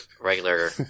regular